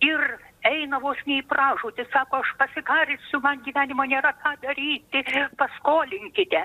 ir eina vos ne į pražūtį sako aš pasikarsiu man gyvenimo nėra ką daryti paskolinkite